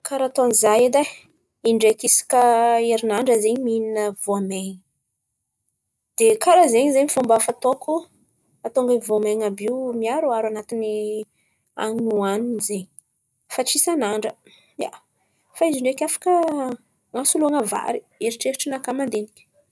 Karà ataon̈y zah edy ai indraiky isaka herinandra zen̈y mihinà voamain̈y dia, karà zen̈y zen̈y fômba fataoko, hahatônga voamain̈y àby miharoharo an̈atin̈y han̈in̈y hohan̈in̈y zen̈y, fa tsy isan'andra. ia, fa izy ndraiky afaka an̈asoloana vary eritreritry nakà mandiniky.